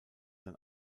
sein